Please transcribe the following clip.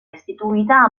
istituita